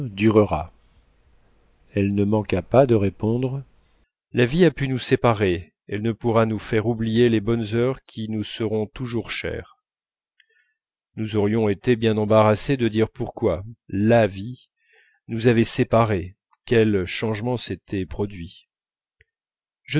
elle ne manqua pas de répondre la vie a pu nous séparer elle ne pourra nous faire oublier les bonnes heures qui nous seront toujours chères nous aurions été bien embarrassés de dire pourquoi la vie nous avait séparés quel changement s'était produit je